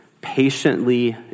patiently